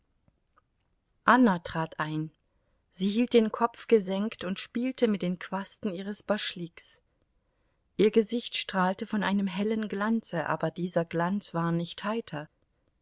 anna trat ein sie hielt den kopf gesenkt und spielte mit den quasten ihres baschliks ihr gesicht strahlte von einem hellen glanze aber dieser glanz war nicht heiter